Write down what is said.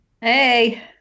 Hey